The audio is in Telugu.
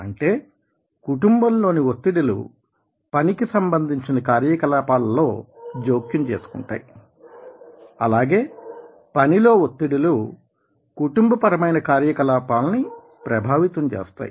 అంటే కుటుంబంలోని ఒత్తిడిలు పనికి సంబంధించిన కార్యకలాపాలలో జోక్యం చేసుకుంటాయి అలాగే పని లో ఒత్తిడిలు కుటుంబపరమైన కార్యకలాపాలని ప్రభావితం చేస్తాయి